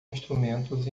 instrumentos